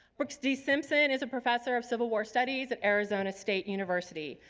brooks d. simpson is a professor of civil war studies at arizona state university.